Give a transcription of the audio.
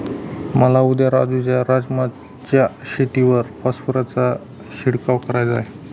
मला उद्या राजू च्या राजमा च्या शेतीवर फॉस्फरसचा शिडकाव करायचा आहे